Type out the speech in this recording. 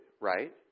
right